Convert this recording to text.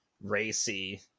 racy